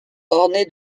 orné